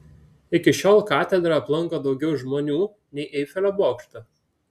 iki šiol katedrą aplanko daugiau žmonių nei eifelio bokštą